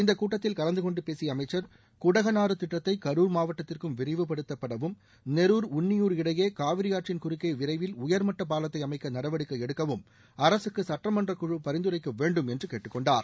இந்தக் கூட்டத்தில் கலந்துகொண்டு பேசிய அமைச்சர் திட்டக்கை குடகனாறு கரர் மாவட்டத்திற்கும் விரிவுபடுத்தப்படவும் நெருர் உன்ளியூர் இடையே காவிரி ஆற்றின் குறுக்கே விரைவில் உயாமட்ட பாலத்தை அமைக்க நடவடிக்கை எடுக்கவும் அரசுக்கு சட்டமன்ற குழு பரிந்துரைக்க வேண்டும் என்று கேட்டுக்கொண்டார்